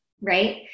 right